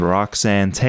Roxanne